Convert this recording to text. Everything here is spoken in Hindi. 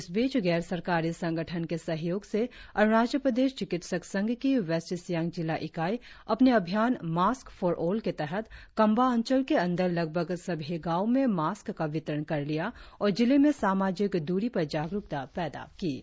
इस बीच गैर सरकारी संगठन के सहयोग से अरुणाचल प्रदेश चिकित्सक संघ की वेस्ट सियांग जिला इकाई अपने अभियान मास्क फॉर ऑल के तहत कम्बा अंचल के अंदर लगभग सभी गांवों में मास्क का वितरण कर लिया और जिले में सामाजिक दूरी पर जागरुकता पैदा की है